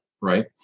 right